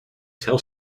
tell